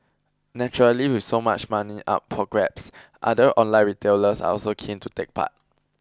naturally with so much money up for grabs other online retailers are also keen to take part